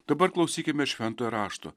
dabar klausykime šventojo rašto